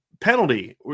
penalty